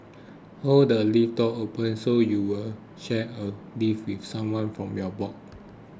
hold the lift door open so you'll share a lift with someone from your block